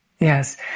Yes